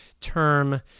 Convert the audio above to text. term